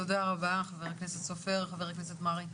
תודה רבה חבר הכנסת סופר, חבר הכנסת מרעי.